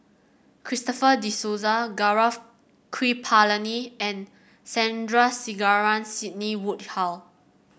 Christopher De Souza Gaurav Kripalani and Sandrasegaran Sidney Woodhull